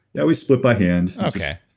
yeah, always split by hand. okay.